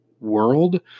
World